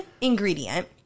ingredient